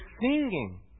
singing